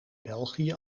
belgië